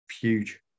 huge